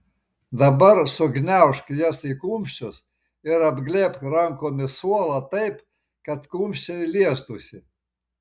dabar sugniaužk jas į kumščius ir apglėbk rankomis suolą taip kad kumščiai liestųsi